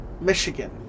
Michigan